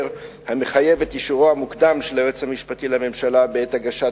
המחייב את אישורו המוקדם של היועץ המשפטי לממשלה בעת הגשת